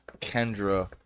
Kendra